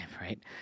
right